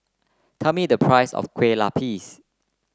tell me the price of Kueh Lapis